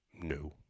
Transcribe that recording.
No